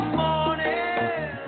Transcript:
morning